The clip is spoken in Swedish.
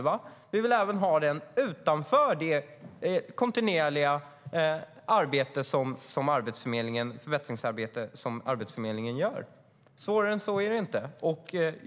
Vi vill även ha den utanför det kontinuerliga förbättringsarbete som Arbetsförmedlingen gör. Svårare än så är det inte.